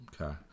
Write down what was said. Okay